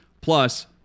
Plus